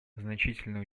значительную